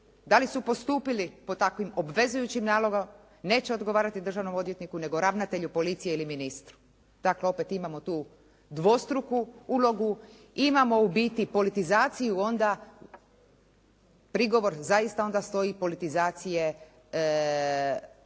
da li su postupili po takvom obvezujućim nalogom neće odgovarati državnom odvjetniku nego ravnatelju policije ili ministru. Dakle opet imamo tu dvostruku ulogu. Imamo u biti politizaciju onda, prigovor zaista onda stoji politizacije